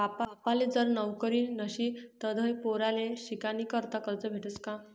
बापले जर नवकरी नशी तधय पोर्याले शिकानीकरता करजं भेटस का?